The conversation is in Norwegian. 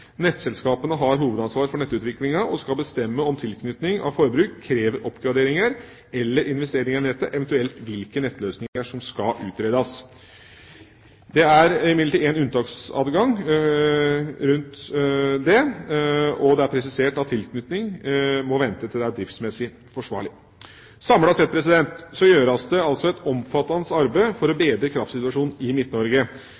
Nettselskapene har hovedansvaret for nettutviklinga, og skal bestemme om en tilknytning av forbruk krever oppgraderinger eller investeringer i nettet, eventuelt hvilke nettløsninger som skal utredes. Det er imidlertid en unntaksadgang rundt det, og det er presisert at tilknytning må vente til det er driftsmessig forsvarlig. Samlet sett gjøres det et omfattende arbeid for å